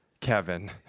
Kevin